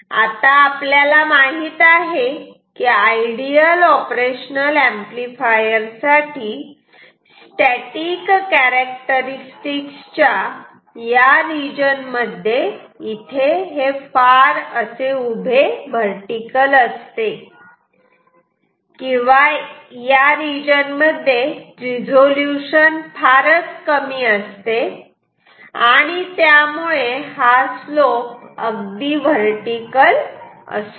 आता आपल्याला माहित आहे की आयडियल ऑपरेशनल ऍम्प्लिफायर साठी स्टॅटिक कॅरेक्टरस्टिक्स च्या या रिजन मध्ये इथे हे फार व्हर्टिकल असते किंवा रिझोल्युशन फारच छोटे असते आणि त्यामुळे हा स्लोप अगदी व्हर्टिकल असतो